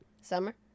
Summer